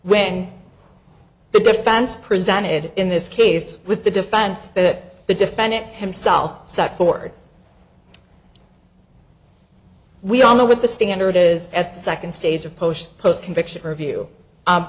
when the defense presented in this case was the defense that the defendant himself set for we all know what the standard is at the second stage of post post conviction review